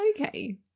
okay